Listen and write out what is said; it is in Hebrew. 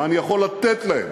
מה אני יכול לתת להם?